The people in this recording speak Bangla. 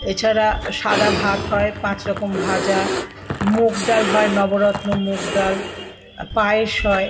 এছাড়া সাদা ভাত হয় পাঁচ রকম ভাজা মুগ ডাল হয় নবরত্ন মুগ ডাল পায়েস হয়